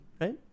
right